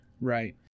right